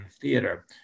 theater